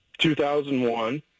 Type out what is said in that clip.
2001